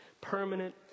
permanent